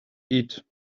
eat